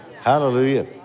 Hallelujah